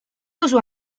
duzu